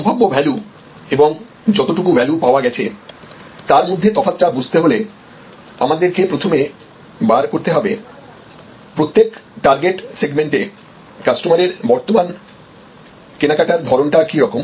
সম্ভাব্য ভ্যালু এবং যতোটুকু ভ্যালু পাওয়া গেছে তার মধ্যে তফাৎটা বুঝতে হলে আমাদেরকে প্রথমে বার করতে হবে প্রত্যেক টার্গেট সেগমেন্টে কাস্টমারের বর্তমান কেনাকাটার ধরণটা কি রকম